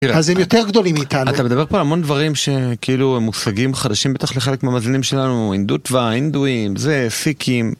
אז הם יותר גדולים מאיתנו. אתה מדבר פה על המון דברים שכאילו הם מושגים חדשים בטח לחלק מהמאזינים שלנו. הינדוט וההינדואים, זה סיקים.